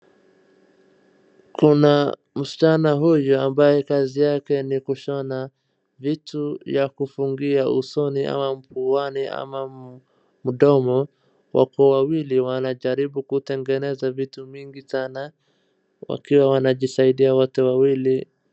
Kuna msichana huyu ambaye kazi yake ni kushona vitu ya kufungia usoni ama puani ama mdomo , wako wawili wanajaribu kutengeneza vitu mingi sana wakiwa wanajisaidia wote wawili.